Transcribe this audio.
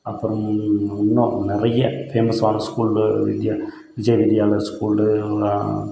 அப்புறம் இன்னும் நிறைய ஃபேமஸான ஸ்கூலு விஜய வித்யாலயா ஸ்கூலு